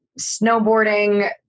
snowboarding